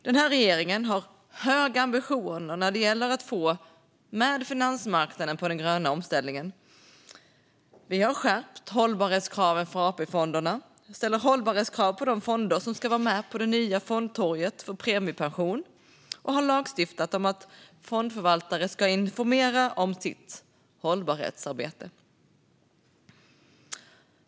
Den här regeringen har höga ambitioner när det gäller att få med finansmarknaderna på den gröna omställningen. Vi har skärpt hållbarhetskraven på AP-fonderna, ställer hållbarhetskrav på de fonder som ska vara med på det nya fondtorget för premiepension och har lagstiftat om att fondförvaltare ska informera om sitt hållbarhetsarbete.